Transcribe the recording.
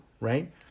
right